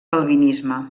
calvinisme